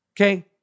okay